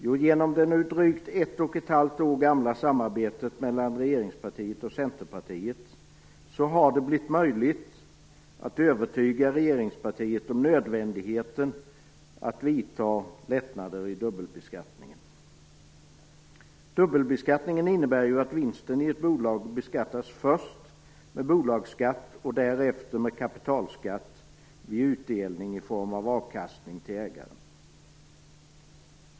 Jo, genom det nu drygt ett och ett halvt år gamla samarbetet mellan regeringspartiet och Centerpartiet har det blivit möjligt att övertyga regeringspartiet om nödvändigheten av att vidta lättnader i dubbelbeskattningen. Dubbelbeskattningen innebär ju att vinsten i ett bolag beskattas först med bolagsskatt och därefter med kapitalskatt vid utdelning i form av avkastning till ägaren.